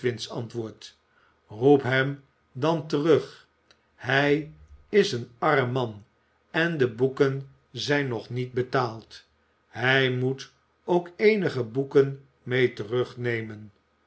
roep hem dan terug hij is een arm man en de boeken zijn nog niet betaald hij moet ook eenige boeken mee terugnemen